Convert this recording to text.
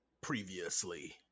Previously